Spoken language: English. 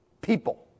People